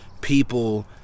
people